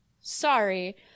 Sorry